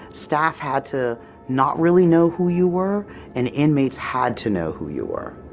staff had to not really know who you were and inmates had to know who you were.